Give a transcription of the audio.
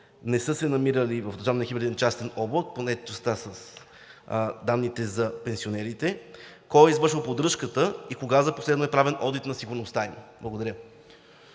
не са се намирали в държавния хибриден частен облак – поне частта с данните за пенсионерите, кой е извършвал поддръжката и кога за последно е правен одит на сигурността им? Благодаря.